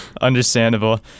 Understandable